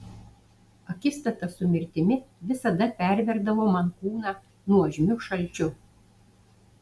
akistata su mirtimi visada perverdavo man kūną nuožmiu šalčiu